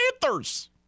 Panthers